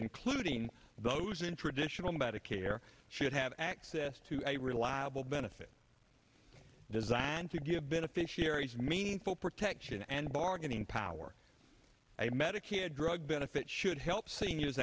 including those in traditional medicare should have access to a reliable benefit designed to give beneficiaries meaningful protection and bargaining power a medicare drug benefit should help seniors